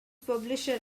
publisher